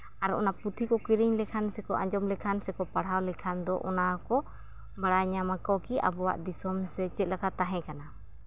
ᱟᱨ ᱚᱱᱟ ᱯᱩᱛᱷᱤ ᱠᱚ ᱠᱤᱨᱤᱧ ᱞᱮᱠᱷᱟᱱ ᱥᱮᱠᱚ ᱟᱸᱡᱚᱢ ᱞᱮᱠᱷᱟᱱ ᱥᱮᱠᱚ ᱯᱟᱲᱦᱟᱣ ᱞᱮᱠᱷᱟᱱ ᱫᱚ ᱚᱱᱟ ᱠᱚ ᱵᱟᱲᱟᱭ ᱧᱟᱢᱟᱼᱠᱚ ᱠᱤ ᱟᱵᱚᱣᱟᱜ ᱫᱤᱥᱚᱢ ᱥᱮ ᱪᱮᱫᱞᱮᱠᱟ ᱛᱟᱦᱮᱸᱠᱟᱱᱟ